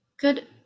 Good